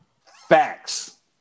Facts